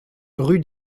rue